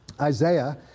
Isaiah